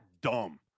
dumb